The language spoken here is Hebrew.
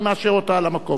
אני מאשר אותה על המקום.